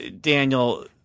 Daniel